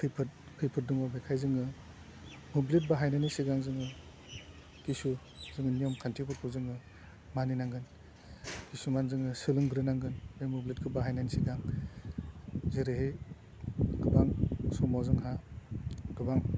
खैफोद खैफोद दङ बेनिखायनो जोङो मोब्लिब बाहायनायनि सिगां जोङो खिसु जोङो नियम खान्थिफोरखौ जोङो मानि नांगोन खिसुमान जोङो सोलोंग्रोनांगोन बे मोब्लिबखौ बाहायनि सिगां जेरैहाय गोबां समाव जोंहा गोबां